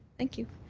thank you.